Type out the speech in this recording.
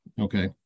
Okay